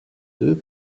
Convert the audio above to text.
deux